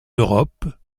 europe